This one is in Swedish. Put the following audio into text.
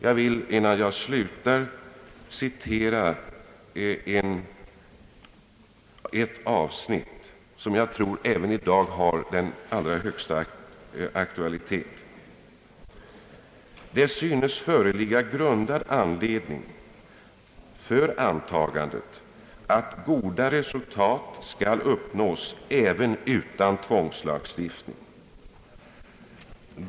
Jag vill, innan jag slutar mitt anförande, citera ett avsnitt, som jag tror även i dag har den allra högsta aktua litet: »Det synes föreligga grundad anledning för antagandet att goda resultat skall uppnås även utan tvångslagstiftning.